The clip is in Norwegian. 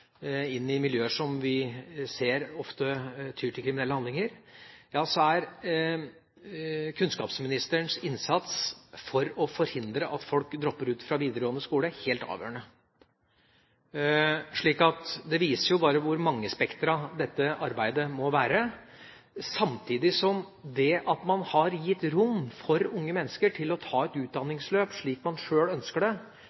inn i miljøer som vi ser ofte tyr til kriminelle handlinger, ja, så er kunnskapsministerens innsats for å forhindre at folk dropper ut av videregående skole, helt avgjørende. Det viser bare hvor mangespektret dette arbeidet må være. Det at man har gitt rom for unge mennesker til å ta et